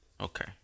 okay